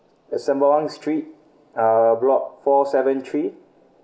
Sembawang street uh block four seven three